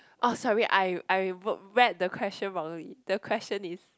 oh sorry I I read the question wrongly the question is